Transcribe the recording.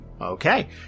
Okay